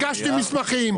הגשתי מסמכים,